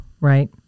Right